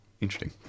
Interesting